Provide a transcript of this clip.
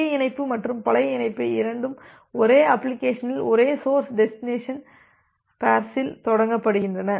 புதிய இணைப்பு மற்றும் பழைய இணைப்பு இரண்டும் ஒரே அப்ளிகேஷனில் ஒரே சோர்ஸ் டெஸ்டினேசன் பேர்ஸ்சில் தொடங்கப்படுகின்றன